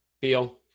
Beal